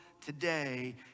today